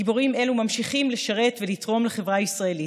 גיבורים אלו ממשיכים לשרת ולתרום לחברה הישראלית,